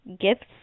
gifts